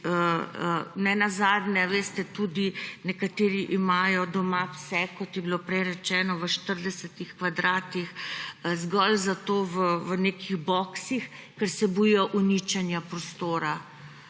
stroki. Veste, tudi nekateri imajo doma pse, kot je bilo prej rečeno, v 40 kvadratih, zgolj zato v nekih boksih, ker se bojijo uničenja prostora,